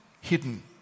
hidden